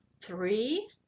three